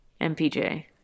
MPJ